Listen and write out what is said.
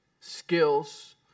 skills